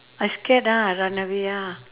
I scared ah run away ah